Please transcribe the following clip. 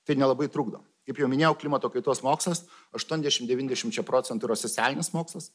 tai nelabai trukdo kaip jau minėjau klimato kaitos mokslas aštuondešim devyndešimčia procentų yra socialinis mokslas